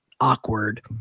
Awkward